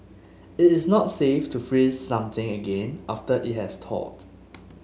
it is not safe to freeze something again after it has thawed